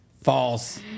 False